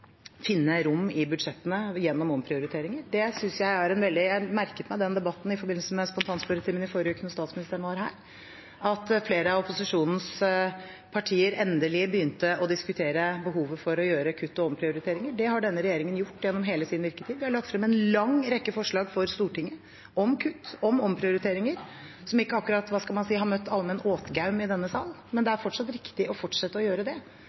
finne rom i budsjettene gjennom omprioriteringer. Jeg merket meg den debatten i forbindelse med spontanspørretimen i forrige uke, da statsministeren var her, at flere av opposisjonens partier endelig begynte å diskutere behovet for å gjøre kutt og omprioriteringer. Den har denne regjeringen gjort gjennom hele sin virketid, vi har lagt frem en lang rekke forslag for Stortinget om kutt og omprioriteringer, som ikke akkurat, hva skal man si, har vakt allmenn «åtgaum» i denne sal. Men det er fortsatt riktig å fortsette å gjøre det,